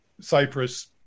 Cyprus